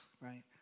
right